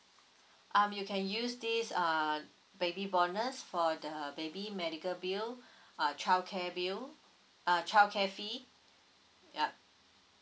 um you can use this uh baby bonus for the baby medical bill uh childcare bill uh childcare fee yup